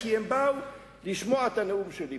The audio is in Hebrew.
כי הם באו לשמוע את הנאום שלי פה.